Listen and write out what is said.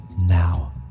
now